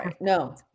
No